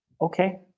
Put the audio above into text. Okay